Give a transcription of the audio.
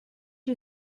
you